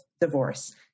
divorce